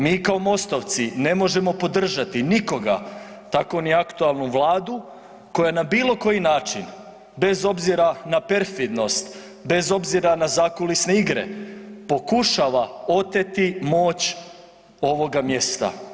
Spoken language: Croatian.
Mi kao Mostovci ne možemo podržati nikoga, tako ni aktualnu Vladu koja na bilokoji način bez obzira na perfidnost, bez obzira na zakulisne igre, pokušava oteti moć ovoga mjesta.